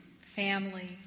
family